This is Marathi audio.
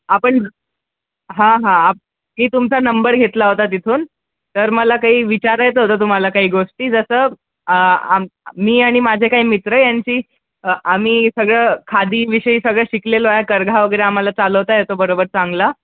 आपण हां हां मी तुमचा नंबर घेतला होता तिथून तर मला काही विचारायचं होतं तुम्हाला काही गोष्टी जसं आम मी आणि माझे काही मित्र यांची आम्ही सगळं खादीविषयी सगळं शिकलेलो आहे करघा वगैरे आम्हाला चालवता येतो बरोबर चांगला